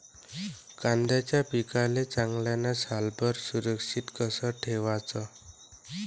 कांद्याच्या पिकाले चांगल्यानं सालभर सुरक्षित कस ठेवाचं?